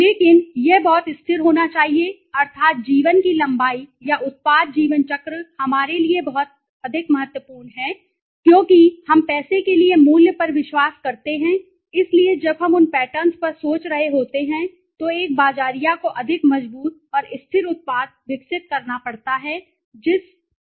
लेकिन यह बहुत स्थिर होना चाहिए अर्थात जीवन की लंबाई या उत्पाद जीवन चक्र हमारे लिए अधिक महत्वपूर्ण है क्योंकि हम पैसे के लिए मूल्य पर विश्वास करते हैं इसलिए जब हम उन पैटर्न्स पर सोच रहे होते हैं तो एक बाज़ारिया को अधिक मजबूत और स्थिर उत्पाद विकसित करना पड़ता है फिर अधिक सौंदर्य उत्पाद